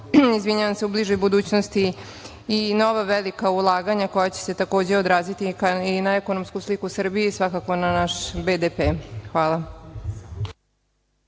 svakako u bližoj budućnosti i nova velika ulaganja koja će se takođe odraziti i na ekonomsku sliku Srbije i svakako na nas BDP. Hvala.